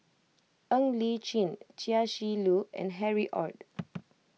Ng Li Chin Chia Shi Lu and Harry Ord